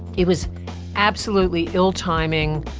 it was absolutely ill timing,